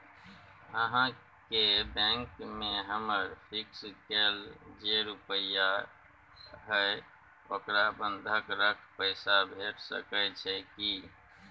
अहाँके बैंक में हमर फिक्स कैल जे रुपिया हय ओकरा बंधक रख पैसा भेट सकै छै कि?